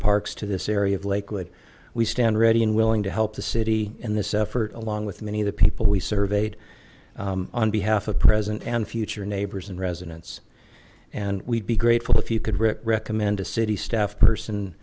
parks to this area of lakewood we stand ready and willing to help the city in this effort along with many of the people we surveyed on behalf of present and future neighbors and residents and we'd be grateful if you could recommend a city staff person